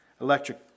electric